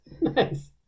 Nice